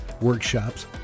workshops